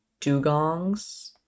dugongs